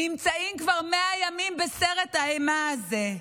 נמצאים כבר 100 ימים בסרט האימה הזה.